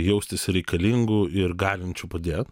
jaustis reikalingu ir galinčiu padėt